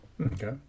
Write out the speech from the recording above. Okay